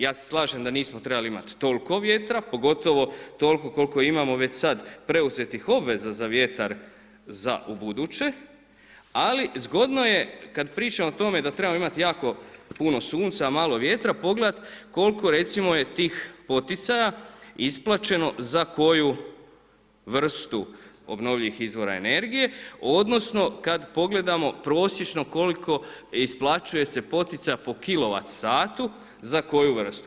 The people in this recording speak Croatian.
Ja se slažem da nismo trebali imati toliko vjetra, pogotovo toliko koliko imamo već sad preuzetih obveza za vjetar za ubuduće, ali zgodno je kad pričamo o tome da trebamo imati jako puno sunca, a malo vjetra, pogledat koliko je recimo tih poticaja isplaćeno za koju vrstu obnovljivih izvora energije, odnosno kad pogledamo prosječno koliko isplaćuje se poticaja po kilovat satu za koju vrstu.